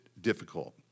difficult